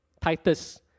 Titus